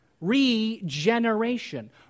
regeneration